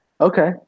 Okay